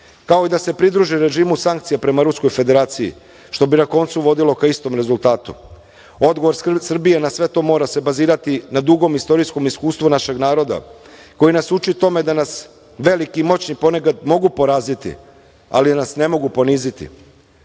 kao i da se pridruži režimu sankcija prema Ruskoj Federaciji, što bi na koncu vodilo ka istom rezultatu. Odgovor Srbije na sve to mora se bazirati na dugom istorijskom iskustvu našeg naroda koji nas uči tome da nas veliki i moćni ponekad mogu poraziti, ali nas ne mogu poniziti.